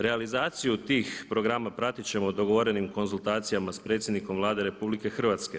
Realizaciju tih programa pratiti ćemo dogovorenim konzultacijama sa predsjednikom Vlade RH.